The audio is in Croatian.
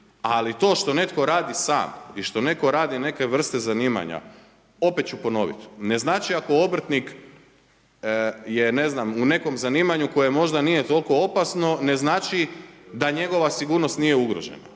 Ali to što netko radi sam i što netko radi neke vrste zanimanja, opet ću ponovit, ne znači ako obrtnih je u nekom zanimanju koje možda nije toliko opasno, ne znači da njegova sigurnost nije ugrožena